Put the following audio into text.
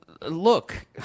look